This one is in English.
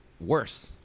Worse